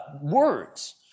words